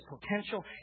potential